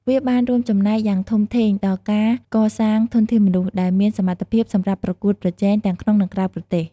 វាបានរួមចំណែកយ៉ាងធំធេងដល់ ការកសាងធនធានមនុស្ស ដែលមានសមត្ថភាពសម្រាប់ប្រកួតប្រជែងទាំងក្នុង និងក្រៅប្រទេស។